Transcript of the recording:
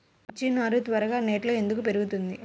మిర్చి నారు త్వరగా నెట్లో ఎందుకు పెరుగుతుంది?